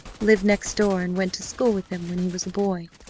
lived next door and went to school with him when he was a boy.